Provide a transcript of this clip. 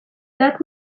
that